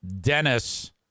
Dennis